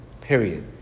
Period